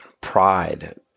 pride